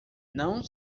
não